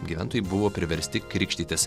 gyventojai buvo priversti krikštytis